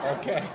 Okay